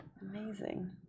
Amazing